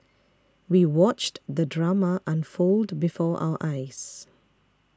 we watched the drama unfold before our eyes